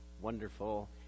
wonderful